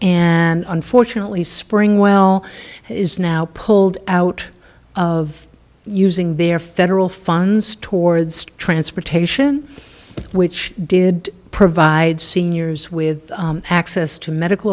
and unfortunately spring well is now pulled out of using their federal funds towards transportation which did provide seniors with access to medical